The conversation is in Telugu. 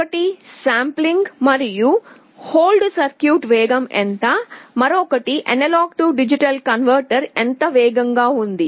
ఒకటి శాంప్లింగ్ మరియు హోల్డ్ సర్క్యూట్ వేగం ఎంత మరొకటి A D కన్వర్టర్ ఎంత వేగంగా ఉంది